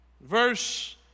Verse